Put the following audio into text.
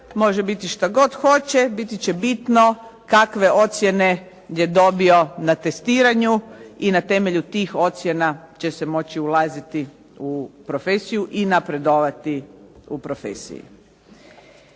može biti što god hoće biti će bitno kakve ocjene je dobio na testiranju i na temelju tih ocjena će se moći ulaziti u profesiju i napredovati u profesiji.